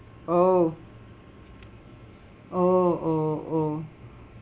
oh oh oh oh